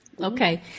Okay